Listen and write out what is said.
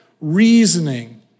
reasoning